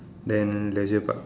then leisure park